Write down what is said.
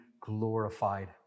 glorified